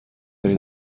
داری